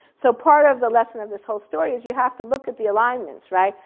so part of the lesson of this whole story is you have to look at the alignments, right?